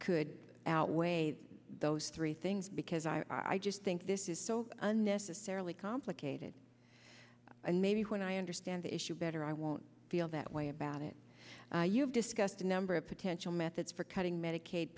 could outweigh those three things because i just think this is so unnecessarily complicated and maybe when i understand the issue better i won't feel that way about it you've discussed a number of potential methods for cutting medicaid